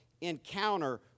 encounter